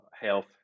health